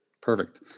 Perfect